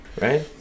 Right